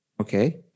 Okay